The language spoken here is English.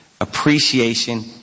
appreciation